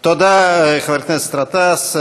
תודה, חבר הכנסת גטאס.